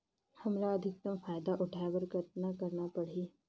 हमला अधिकतम फायदा उठाय बर कतना करना परही?